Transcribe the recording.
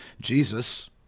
Jesus